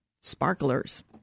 sparklers